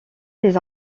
des